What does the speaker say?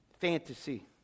fantasy